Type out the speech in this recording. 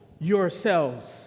yourselves